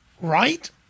right